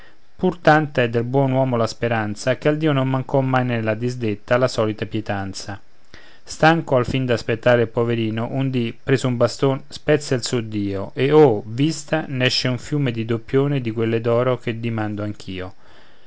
è del buon uomo la speranza che al dio non mancò mai nella disdetta la solita pietanza stanco alfin d'aspettare il poverino un dì preso un baston spezza il suo dio e oh vista n'esce un fiume di doppione di quelle d'oro che dimando anch'io